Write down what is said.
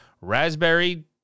raspberry